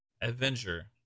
Avenger